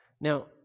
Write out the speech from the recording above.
Now